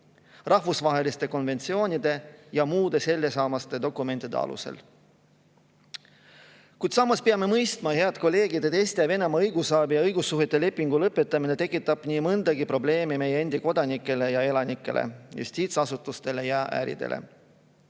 rahvusvaheliste konventsioonide ja muude sellesarnaste dokumentide alusel. Kuid samas, head kolleegid, peame mõistma, et Eesti ja Venemaa õigusabi ja õigussuhete lepingu lõpetamine tekitab nii mõnegi probleemi meie enda kodanikele ja elanikele, justiitsasutustele ja äridele.